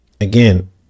again